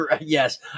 yes